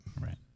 Right